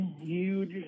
huge